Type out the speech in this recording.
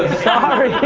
sorry.